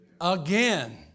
Again